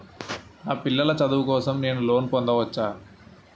నా పిల్లల చదువు కోసం నేను లోన్ పొందవచ్చా?